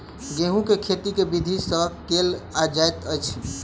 गेंहूँ केँ खेती केँ विधि सँ केल जाइत अछि?